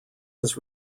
his